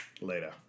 Later